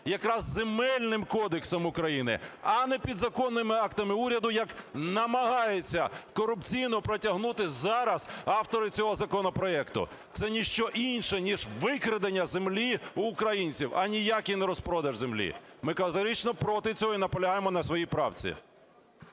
якраз Земельним кодексом України, а не підзаконними актами уряду, як намагаються корупційно протягнути зараз автори цього законопроекту. Це ні що інше ніж викрадення землі в українців, а ніякий не розпродаж землі. Ми категорично проти цього і наполягаємо на своїй правці.